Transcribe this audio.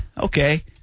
okay